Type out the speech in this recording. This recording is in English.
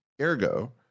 Ergo